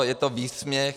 Je to výsměch.